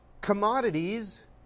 commodities